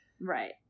Right